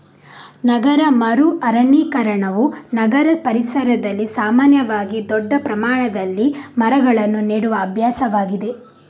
ನಗರ ಮರು ಅರಣ್ಯೀಕರಣವು ನಗರ ಪರಿಸರದಲ್ಲಿ ಸಾಮಾನ್ಯವಾಗಿ ದೊಡ್ಡ ಪ್ರಮಾಣದಲ್ಲಿ ಮರಗಳನ್ನು ನೆಡುವ ಅಭ್ಯಾಸವಾಗಿದೆ